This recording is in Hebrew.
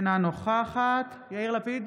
אינה נוכחת יאיר לפיד,